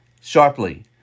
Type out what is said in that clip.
sharply